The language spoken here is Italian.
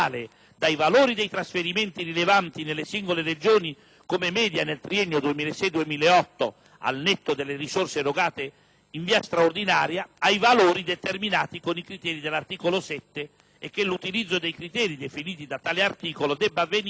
dai valori dei trasferimenti rilevati nelle singole Regioni come media nel triennio 2006-2008, al netto delle risorse erogate in via straordinaria, ai valori determinati con i criteri dello stesso articolo 7 e che l'utilizzo dei criteri definiti dall'articolo 7 debba avvenire